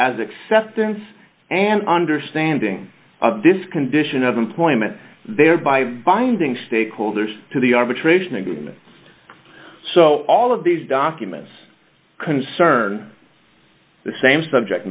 as acceptance and understanding of this condition of employment thereby binding stakeholders to the arbitration agreement so all of these documents concern the same subject